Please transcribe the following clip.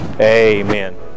amen